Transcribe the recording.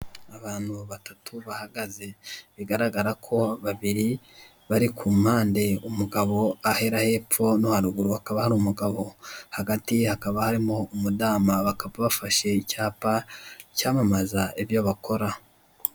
Abantu babatu bahagaze. Bigaragara ko babiri bari ku mpande. Umugabo ahera hepfo no haruguru hakaba hari umugabo, hagati hari umudamu. Bakaba bafashe icyapa cyamamaza ibyo bakora.